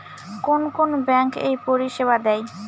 কোন কোন ব্যাঙ্ক এই পরিষেবা দেয়?